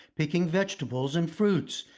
picking vegetables and fruits,